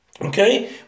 Okay